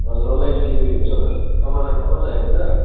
हजुर online delivery हुन्छ त तपाईँलाई घरमै चाहिएको होइन